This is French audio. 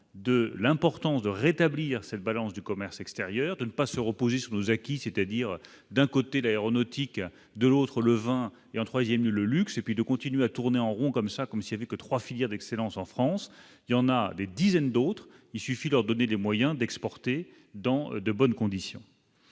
de l'importance de rétablir cette balance du commerce extérieur, de ne pas se reposer sur nos acquis, c'est-à-dire d'un côté, l'aéronautique, de l'autre, le vin et en 3ème le luxe et puis de continuer à tourner en rond comme ça, comme si avec 3 filières d'excellence en France, il y en a des dizaines d'autres, il suffit de leur donner les moyens d'exporter dans de bonnes conditions,